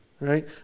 right